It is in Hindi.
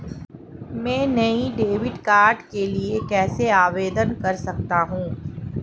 मैं नए डेबिट कार्ड के लिए कैसे आवेदन कर सकता हूँ?